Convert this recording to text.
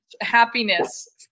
happiness